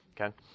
Okay